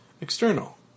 External